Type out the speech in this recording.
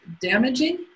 damaging